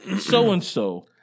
so-and-so